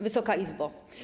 Wysoka Izbo!